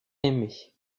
aimé